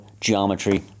geometry